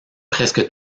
presque